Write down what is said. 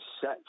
set